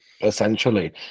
essentially